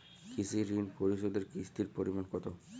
কৃষি ঋণ পরিশোধের কিস্তির পরিমাণ কতো?